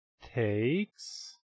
takes